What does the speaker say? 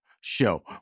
show